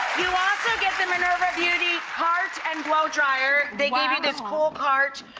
you also get the minerva beauty cart and blow dryer. they gave you this cool cart.